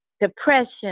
depression